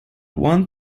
one